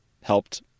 helped